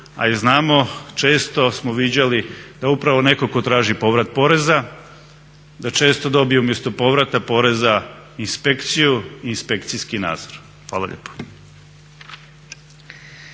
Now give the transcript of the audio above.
znamo često smo viđali da upravo netko tko traži povrat poreza da često dobije umjesto povrata poreza inspekciju i inspekcijski nadzor. Hvala lijepo.